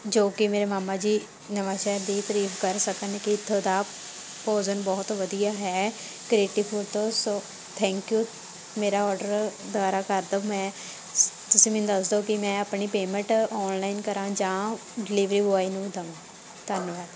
ਜੋ ਕਿ ਮੇਰੇ ਮਾਮਾ ਜੀ ਨਵਾਂਸ਼ਹਿਰ ਦੀ ਤਰੀਫ ਕਰ ਸਕਣ ਕਿ ਇੱਥੋ ਦਾ ਭੋਜਨ ਬਹੁਤ ਵਧੀਆ ਹੈ ਕ੍ਰੀਏਟਿਵ ਫੂਡ ਤੋਂ ਸੋ ਥੈਂਕ ਯੂ ਮੇਰਾ ਔਡਰ ਦੁਬਾਰਾ ਕਰ ਦਿਓ ਮੈਂ ਸ ਤੁਸੀਂ ਮੈਨੂੰ ਦੱਸ ਦਿਓ ਕਿ ਮੈਂ ਆਪਣੀ ਪੇਮੈਂਟ ਔਨਲਾਈਨ ਕਰਾਂ ਜਾਂ ਡਿਲੀਵਰੀ ਬੋਆਏ ਨੂੰ ਦਵਾਂ ਧੰਨਵਾਦ